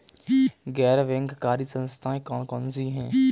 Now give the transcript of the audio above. गैर बैंककारी संस्थाएँ कौन कौन सी हैं?